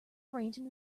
arranging